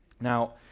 Now